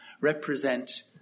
represent